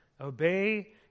obey